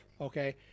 okay